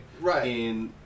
Right